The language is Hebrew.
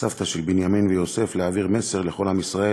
הסבתא של בנימין ויוסף, להעביר מסר לכל עם ישראל,